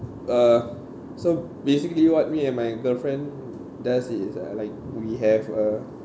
uh so basically what me and my girlfriend does is uh like we have a